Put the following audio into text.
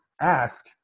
ask